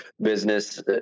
business